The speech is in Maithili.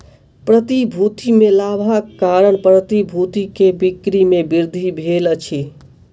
प्रतिभूति में लाभक कारण प्रतिभूति के बिक्री में वृद्धि भेल अछि